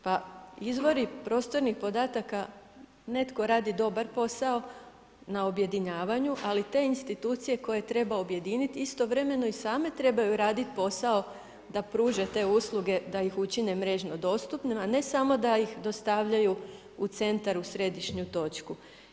Pa izvori prostornih podataka netko radi dobar posao na objedinjavanju, ali te institucije koje treba objediniti istovremeno i same trebaju raditi posao da pruže te usluge da ih učine mrežno dostupnima, a ne samo da ih dostavljaju u centar u središnju točku.